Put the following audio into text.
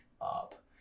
up